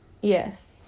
Yes